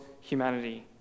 humanity